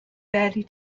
barely